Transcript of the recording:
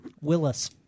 Willis